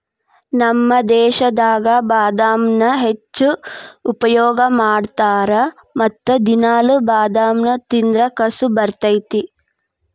ನಮ್ಮ ದೇಶದಾಗ ಬಾದಾಮನ್ನಾ ಹೆಚ್ಚು ಉಪಯೋಗ ಮಾಡತಾರ ಮತ್ತ ದಿನಾಲು ಬಾದಾಮ ತಿಂದ್ರ ಕಸು ಬರ್ತೈತಿ